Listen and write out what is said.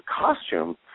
costume